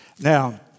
Now